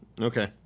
Okay